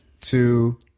two